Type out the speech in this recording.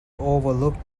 overlooked